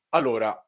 Allora